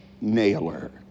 nailer